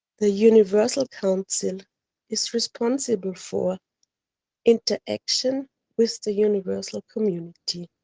the universal council is responsible for interaction with the universal ah community,